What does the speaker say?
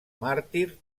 màrtir